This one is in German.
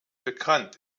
bekannt